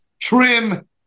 trim